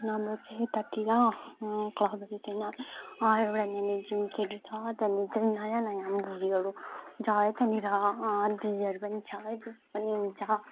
र म चाहिँ यतातिर क्लबहरू छैन एउटा जुनकिरी छ त्यहाँदेखि नयाँ नयाँ मुभीहरू छ है त्यहाँनिर डीजेहरू पनि छ